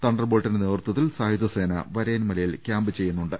thunder ബോൾട്ടിന്റെ നേതൃത്വത്തിൽ സായു ധസേന വരയൻ മലയിൽ ക്യാമ്പ് ചെയ്യുന്നുണ്ട്